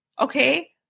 okay